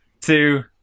two